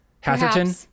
Hatherton